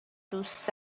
دوست